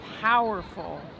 powerful